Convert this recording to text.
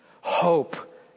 Hope